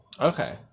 Okay